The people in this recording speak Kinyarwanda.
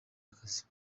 akazi